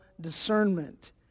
discernment